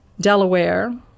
Delaware